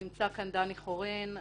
נמצא כאן דני חורין.